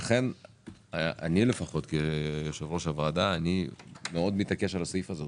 אני כיושב-ראש הוועדה מאוד מתעקש על הסעיף הזה,